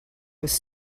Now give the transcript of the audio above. was